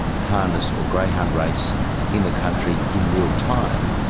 harness or greyhound race in the country in real time.